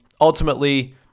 ultimately